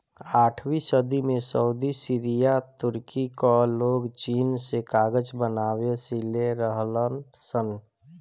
आठवीं सदी में सऊदी, सीरिया, तुर्की कअ लोग चीन से कागज बनावे सिले रहलन सन